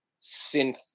synth